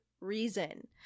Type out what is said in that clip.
reason